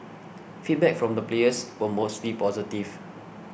feedback from the players were mostly positive